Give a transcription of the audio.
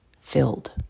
filled